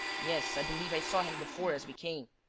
yes, i believe i saw him before, as we came.